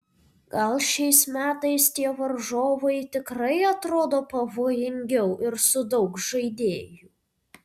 gal šiais metais tie varžovai tikrai atrodo pavojingiau ir su daug žaidėjų